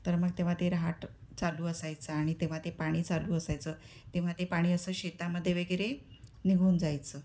तर मग तेव्हा ते रहाट चालू असायचा आणि तेव्हा ते पाणी चालू असायचं तेव्हा ते पाणी असं शेतामध्ये वगैरे निघून जायचं